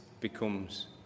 becomes